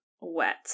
wet